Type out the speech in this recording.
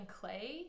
clay